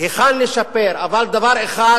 היכן לשפר, אבל דבר אחד